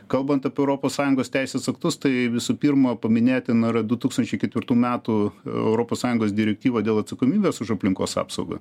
kalbant apie europos sąjungos teisės aktus tai visų pirma paminėtina yra du tūkstančiai ketvirtų metų europos sąjungos direktyva dėl atsakomybės už aplinkos apsaugą